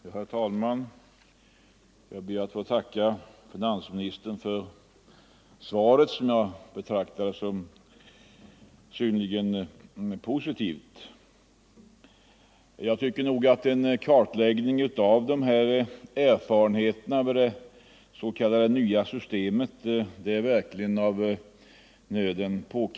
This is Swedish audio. Herr talman! Jag ber att få tacka finansministern för svaret, som jag betraktar som synnerligen positivt. Jag tycker att en kartläggning av erfarenheterna av det s.k. nya systemet verkligen är av nöden.